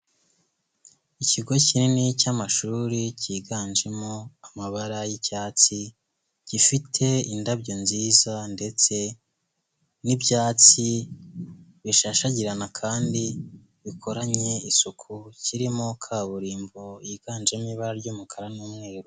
Ikigo kinini cy'amashuri cyiganjemo amabara y'icyatsi, gifite indabyo nziza ndetse n'ibyatsi bishashagirana kandi bikoranye isuku. Kirimo kaburimbo yiganjemo ibara ry'umukara n'umweru.